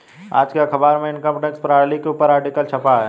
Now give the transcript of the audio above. आज के अखबार में इनकम टैक्स प्रणाली के ऊपर आर्टिकल छपा है